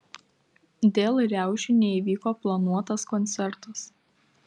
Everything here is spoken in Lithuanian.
dėl riaušių neįvyko planuotas koncertas